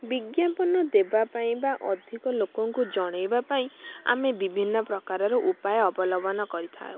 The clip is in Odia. ବିଜ୍ଞାପନ ଦେବା ପାଇଁ ବା ଅଧିକ ଲୋକଙ୍କୁ ଜଣେଇବା ପାଇଁ ଆମେ ବିଭିନ୍ନ ପ୍ରକାରର ଉପାୟ ଅବଲମ୍ବନ କରିଥାଉ